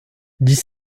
dix